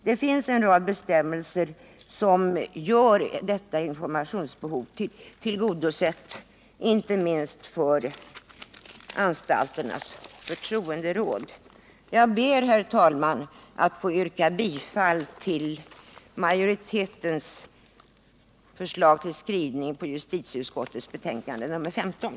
Det finns en rad bestämmelser som tillgodoser detta informationsbehov, inte minst för anstalternas förtroenderåd. Jag ber, herr talman, att få yrka bifall till vad majoriteten hemställt i justitieutskottets betänkande nr 15.